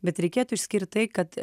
bet reikėtų išskirt tai kad